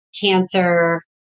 cancer